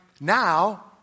now